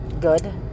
good